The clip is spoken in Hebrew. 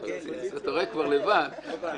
הבכיר ביותר